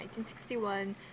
1961